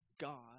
God